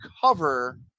cover